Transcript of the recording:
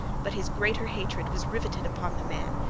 but his greater hatred was riveted upon the man,